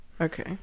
Okay